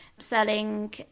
selling